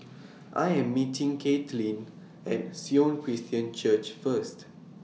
I Am meeting Caitlynn At Sion Christian Church First